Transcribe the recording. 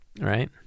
right